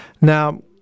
Now